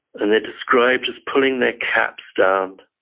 and they're described as pulling their caps down,